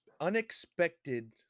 unexpected